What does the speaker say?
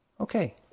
Okay